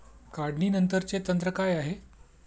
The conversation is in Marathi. काढणीनंतरचे तंत्र काय आहे?